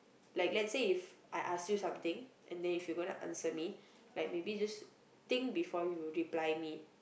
like let's say If I ask you something and then if you gonna answer like maybe just think before you reply me